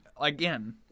again